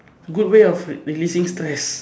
good way of releasing stress